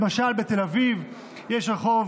למשל, בתל אביב יש רחוב